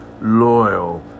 loyal